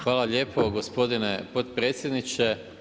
Hvala lijepo gospodine potpredsjedniče.